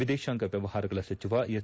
ವಿದೇಶಾಂಗ ಮ್ಲವಹಾರಗಳ ಸಚಿವ ಎಸ್